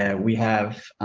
and we have,